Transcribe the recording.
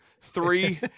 three